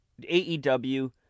AEW